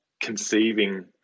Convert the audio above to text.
conceiving